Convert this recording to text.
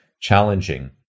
challenging